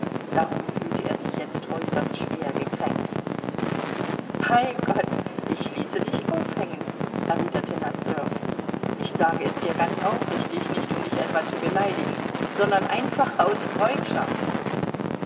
darum fühlte er sich jetzt äußerst schwer gekränkt bei gott ich ließe dich aufhängen erwiderte nosdrjow ich sage es dir ganz aufrichtig nicht um dich etwa zu beleidigen sondern einfach aus freundschaft